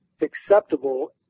acceptable